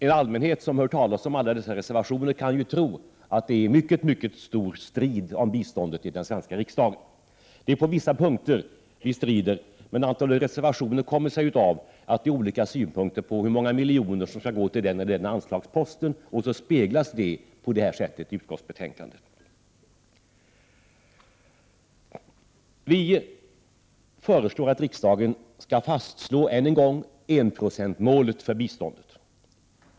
En allmänhet som hör talas om alla dessa reservationer kan ju tro att det är mycket stor strid om biståndet i den svenska riksdagen. Det är på vissa punkter vi strider, men antalet reservationer kommer sig av att vi har olika synpunkter på hur många miljoner som skall gå till den eller den anslagsposten. Det är detta som avspeglas på det här sättet i betänkandet. Vi föreslår att riksdagen än en gång skall fastslå enprocentsmålet för biståndet.